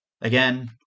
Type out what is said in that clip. Again